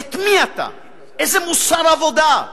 מי אתה, איזה מוסר עבודה.